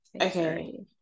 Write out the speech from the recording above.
Okay